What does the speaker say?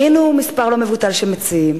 היינו מספר לא מבוטל של מציעים.